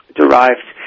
derived